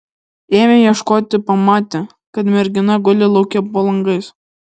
ėmę ieškoti pamatę kad mergina guli lauke po langais